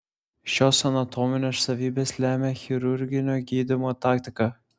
šios anatominės savybės lemia chirurginio gydymo taktiką